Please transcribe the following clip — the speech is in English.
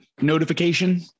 notification